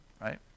Right